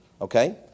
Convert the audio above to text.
Okay